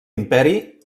imperi